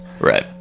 Right